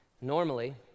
normally